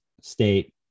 state